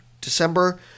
December